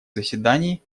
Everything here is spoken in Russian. заседаний